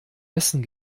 essen